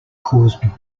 caused